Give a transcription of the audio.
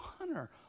honor